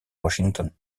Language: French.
washington